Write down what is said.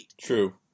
True